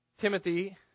Timothy